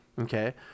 Okay